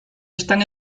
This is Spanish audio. están